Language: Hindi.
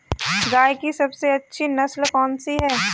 गाय की सबसे अच्छी नस्ल कौनसी है?